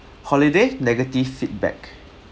holiday negative feedback